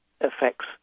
affects